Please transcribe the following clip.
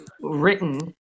written